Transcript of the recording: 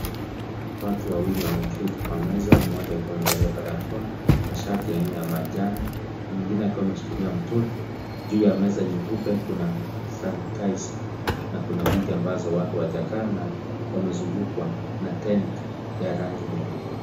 Watu wawili wameketi kwa meza mmoja akiwa amevalia barakoa na shati aina ya manjano na mwingine akiwa ameshikilia mtoto, juu ya meza nyeupe kuna sanitizer na kuna viti ambazo watu hawajakaa na wamezungukwa na tent ya rangi nyeupe.